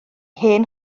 hen